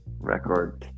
record